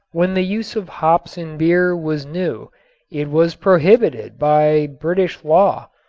when the use of hops in beer was new it was prohibited by british law.